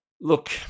look